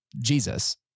Jesus